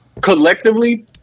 collectively